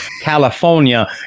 California